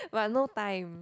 but no time